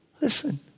listen